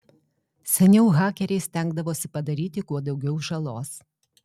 seniau hakeriai stengdavosi padaryti kuo daugiau žalos